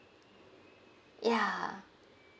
ya